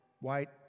white